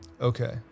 okay